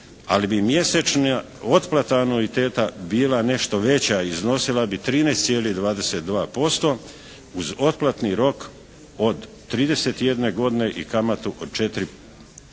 ali bi mjesečna otplata anuiteta bila nešto veća i iznosila bi 13,22% uz otplatni rok od 31 godine i kamatu od 4,1%